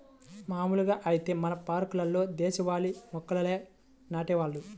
మాములుగా ఐతే మన పార్కుల్లో దేశవాళీ మొక్కల్నే నాటేవాళ్ళు